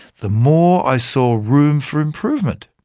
the more i saw room for improvement.